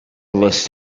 list